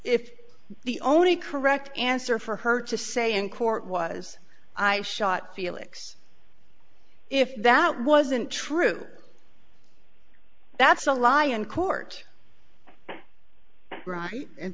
if the only correct answer for her to say in court was i shot felix if that wasn't true that's a lie in court